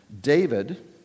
David